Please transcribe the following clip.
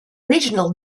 regional